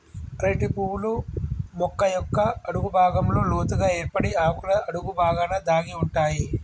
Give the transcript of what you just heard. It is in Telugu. అరటి పువ్వులు మొక్క యొక్క అడుగు భాగంలో లోతుగ ఏర్పడి ఆకుల అడుగు బాగాన దాగి ఉంటాయి